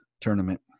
tournament